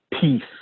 peace